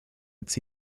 its